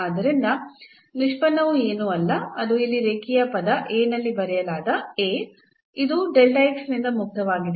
ಆದ್ದರಿಂದ ನಿಷ್ಪನ್ನವು ಏನೂ ಅಲ್ಲ ಅದು ಇಲ್ಲಿ ರೇಖೀಯ ಪದ A ನಲ್ಲಿ ಬರೆಯಲಾದ A ಇದು ನಿಂದ ಮುಕ್ತವಾಗಿದೆ